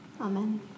Amen